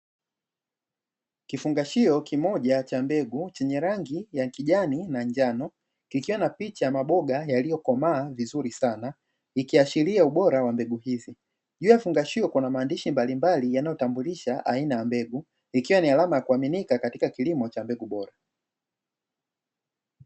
Kifungashio kimoja cha mbegu chenye rangi ya kijani na njano, kikiwa na picha ya maboga yaliyokomaa vizuri sana, ikiashiria ubora wa mbegu hizi. Juu ya kifungashio kukiwa na maandishi mbalimbali yanayotambulisha aina ya mbegu, ikiwa ni alama ya kuaminika katika kilimo cha mbegu bora.